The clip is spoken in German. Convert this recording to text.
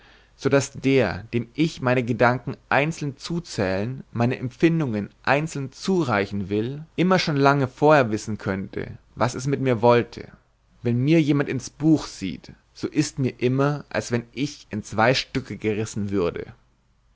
daß der dem ich meine gedanken einzeln zuzählen meine empfindungen einzeln zureichen will immer schon lange vorher wissen könnte wo es mit mir hinaus wollte wenn mir jemand ins buch sieht so ist mir immer als wenn ich in zwei stücke gerissen würde